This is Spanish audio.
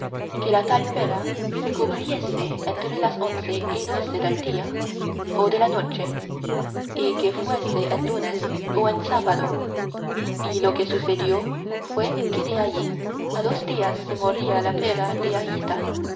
que la tal perra se cubriese entre las once y doce del día o de la noche y que fuese en lunes o en sábado y lo que sucedió fue que de allí a dos días se moría la perra de ahíta